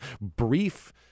brief